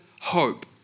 hope